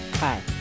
Hi